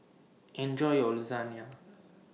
Enjoy your